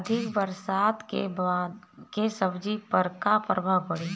अधिक बरसात के सब्जी पर का प्रभाव पड़ी?